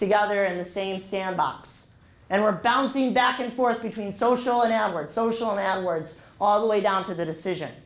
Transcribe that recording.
together in the same sandbox and we're bouncing back and forth between social and outward social and ad words all the way down to the decision